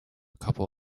couple